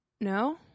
no